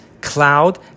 cloud